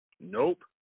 nope